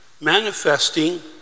Manifesting